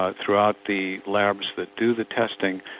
ah throughout the labs that do the testing.